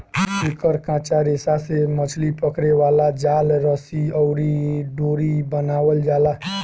एकर कच्चा रेशा से मछली पकड़े वाला जाल, रस्सी अउरी डोरी बनावल जाला